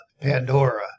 Pandora